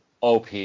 OP